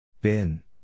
Bin